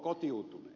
kotiutuneet